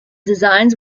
designs